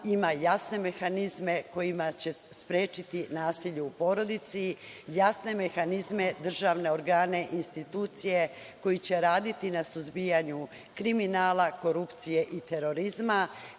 ima jasne mehanizme kojima će sprečiti nasilje u porodici, jasne mehanizme državne organe institucije koji će raditi na suzbijanju kriminala, korupcije i terorizma,